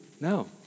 No